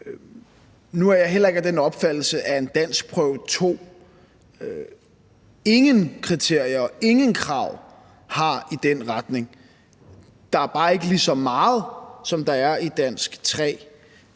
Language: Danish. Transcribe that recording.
Nu er jeg heller ikke af den opfattelse, at en danskprøve 2 ingen kriterier og ingen krav har i den retning, men der er bare ikke lige så mange, som der er i dansk 3.